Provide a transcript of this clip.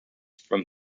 from